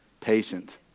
patient